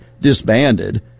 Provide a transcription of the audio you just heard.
disbanded